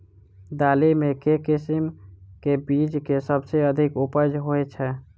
दालि मे केँ किसिम केँ बीज केँ सबसँ अधिक उपज होए छै?